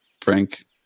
Frank